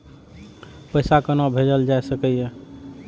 पैसा कोना भैजल जाय सके ये